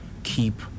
keep